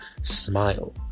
smile